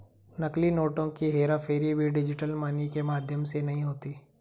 नकली नोटों की हेराफेरी भी डिजिटल मनी के माध्यम से नहीं होती